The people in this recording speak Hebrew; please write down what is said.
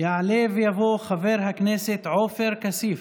יעלה ויבוא חבר הכנסת עופר כסיף,